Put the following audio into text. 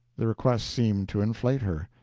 the request seemed to inflame her.